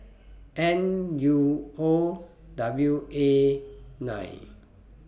N U O W A nine